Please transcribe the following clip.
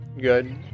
Good